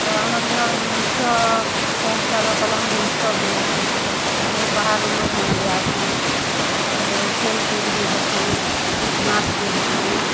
ତ ଆମର୍ ଇନର୍ ମୁଖ୍ୟ ଇଟା ହିସାବେ କଳାହାଣ୍ଡି ଉତ୍ସବ୍ ବି ହେସି ବହୁତ୍ ବାହାରୁ ଲୋକ୍ମାନେ ବି ଆଏସନ୍ ତାପରେ ଖେଲ୍ ଖୁଦ୍ ବି ହେସି ଗୀତ୍ ନାଚ୍ ବି ହେସି